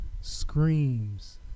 screams